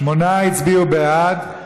שמונה הצביעו בעד,